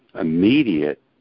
immediate